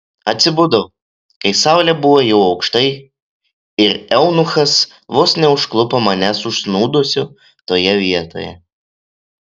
atsibudau kai saulė buvo jau aukštai ir eunuchas vos neužklupo manęs užsnūdusio toje vietoje